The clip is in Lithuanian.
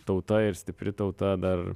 tauta ir stipri tauta dar